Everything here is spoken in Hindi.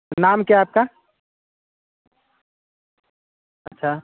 नाम क्या है आपका अच्छा